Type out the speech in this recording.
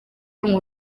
ngo